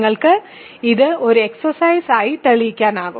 നിങ്ങൾക്ക് ഇത് ഒരു എക്സ്സർസൈസ് ആയി തെളിയിക്കാനാകും